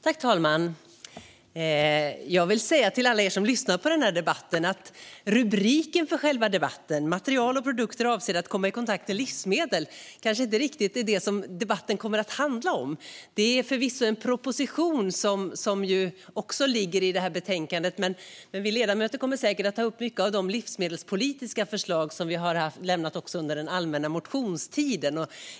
Herr talman! Jag vill säga till alla er som lyssnar att ämnet för dagens debatt, material och produkter avsedda att komma i kontakt med livsmedel, kanske inte riktigt är det debatten kommer att handla om. Det ligger förvisso en proposition i betänkandet, men vi ledamöter kommer säkert att ta upp mycket av de livsmedelspolitiska förslag som lämnades in under allmänna motionstiden.